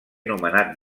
nomenat